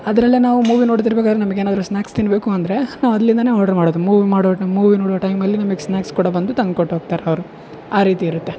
ಅದರಲ್ಲೇ ನಾವು ಮೂವಿ ನೋಡ್ತಿರಬೇಕಾರೆ ನಮ್ಗೆ ಏನಾದರು ಸ್ನಾಕ್ಸ್ ತಿನ್ಬೇಕು ಅಂದರೆ ನಾವು ಅಲ್ಲಿಂದಾನೆ ಆರ್ಡರ್ ಮಾಡೋದು ಮೂವಿ ಮಾಡೋ ಮೂವಿ ನೋಡೊ ಟೈಮಲ್ಲಿ ನಿಮಗೆ ಸ್ನಾಕ್ಸ್ ಕೊಡ ಬಂದು ತಂದು ಕೊಟ್ಟು ಹೋಗ್ತಾರೆ ಅವರು ಆ ರೀತಿ ಇರುತ್ತೆ